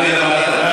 להעביר לוועדת הכנסת?